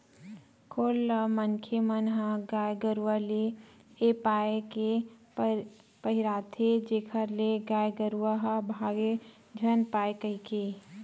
खोल ल मनखे मन ह गाय गरुवा ले ए पाय के पहिराथे जेखर ले गाय गरुवा ह भांगे झन पाय कहिके